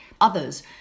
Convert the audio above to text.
Others